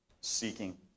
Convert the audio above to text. Seeking